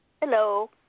Hello